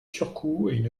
surcoûts